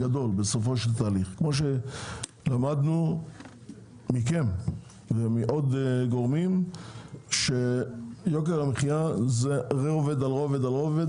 כמו שלמדנו מכם ומעוד גורמים יוקר המחיה בנוי רובד על רובד,